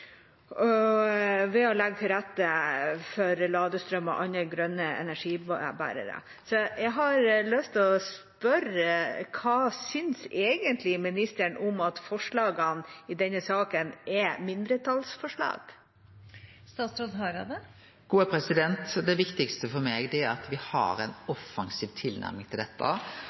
ved å legge til rette for ladestrøm og andre grønne energibærere. Jeg har lyst til å spørre: Hva synes egentlig ministeren om at forslagene i denne saken er mindretallsforslag? Det viktigaste for meg er at me har ei offensiv tilnærming til dette.